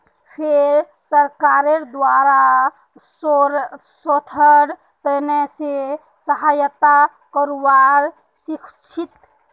फेर सरकारेर द्वारे शोधेर त न से सहायता करवा सीखछी